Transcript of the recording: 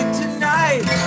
tonight